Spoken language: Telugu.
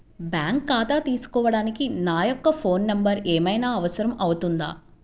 బ్యాంకు ఖాతా తీసుకోవడానికి నా యొక్క ఫోన్ నెంబర్ ఏమైనా అవసరం అవుతుందా?